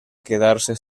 quedarse